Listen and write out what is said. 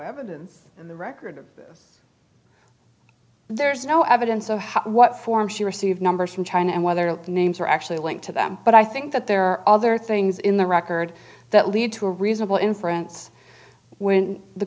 evidence in the record of this there's no evidence of what form she received numbers from china and whether the names are actually linked to them but i think that there are other things in the record that lead to a reasonable inference when the